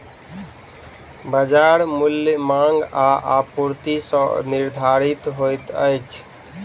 बजार मूल्य मांग आ आपूर्ति सॅ निर्धारित होइत अछि